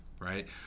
Right